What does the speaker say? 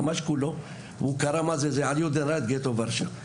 העבודה הייתה על גטו ורשה.